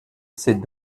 ses